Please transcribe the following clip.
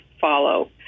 follow